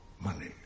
money